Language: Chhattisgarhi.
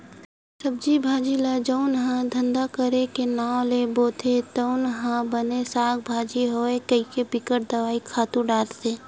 सब्जी भाजी ल जउन ह धंधा करे के नांव ले बोथे तउन ह बने साग भाजी होवय कहिके बिकट दवई, खातू डारथे